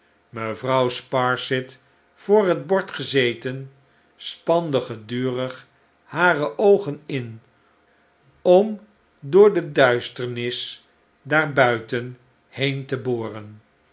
mevrouw sparsit voor het bord gezeten spande gedurig hare oogen in om door de duisternis daar buiten heen te boren